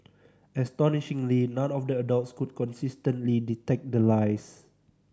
astonishingly none of the adults could consistently detect the lies